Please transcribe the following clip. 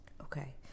Okay